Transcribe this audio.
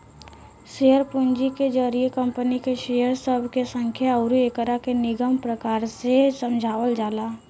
share पूंजी के जरिए कंपनी के शेयर सब के संख्या अउरी एकरा के निमन प्रकार से समझावल जाला